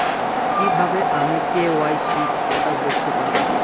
কিভাবে আমি KYC status দেখতে পারবো?